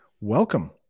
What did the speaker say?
Welcome